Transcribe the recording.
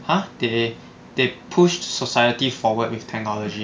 !huh! they they pushed society forward with technology